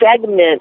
segment